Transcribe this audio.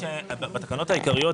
בתקנות העיקריות,